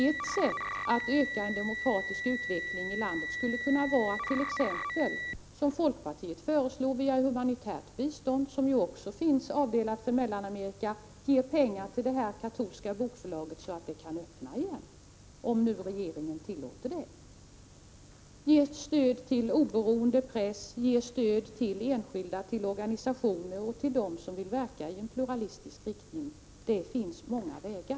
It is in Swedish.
Ett sätt att främja en demokratisk utveckling i landet skulle kunna vara att, t.ex. som folkpartiet föreslog, via humanitärt bistånd, som ju också finns avdelat för Mellanamerika, t.ex. ge pengar till detta katolska bokförlag så att det kan öppna igen — om nu regeringen tillåter det. Man kan ge stöd till oberoende press, ge stöd till enskilda, till organisationer och till dem som vill verka i en pluralistisk riktning. Det finns många vägar.